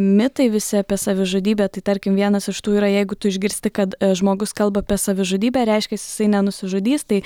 mitai visi apie savižudybę tai tarkim vienas iš tų yra jeigu tu išgirsti kad žmogus kalba apie savižudybę reiškiasi jisai nenusižudys tai